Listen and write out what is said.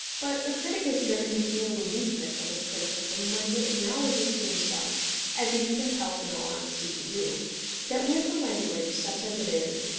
but the critic is driven to feel the weakness of his criticism, when he acknowledges to himself as he is compelled in all honesty to do that with the language, such as it is,